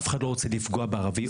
אף אחד לא רוצה לפגוע בערבי,